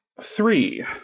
Three